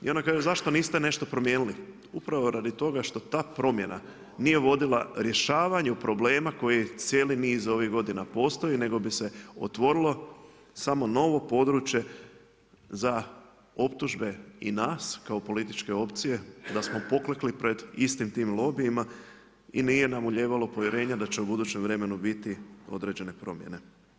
I onda kaže zašto niste nešto promijenili, upravo radi toga što ta promjena nije vodila rješavanju problema koji je cijeli niz ovih godina postojao nego bi se otvorilo samo novo područje za optužbe i nas kao političke opcije da smo poklekli pred istim tim lobijima i nije nam ulijevalo povjerenja da će u budućem vremenu biti određene promjene.